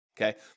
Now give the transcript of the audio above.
Okay